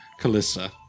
Kalissa